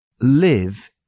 Live